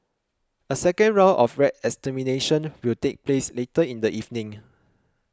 a second round of rat extermination will take place later in the evening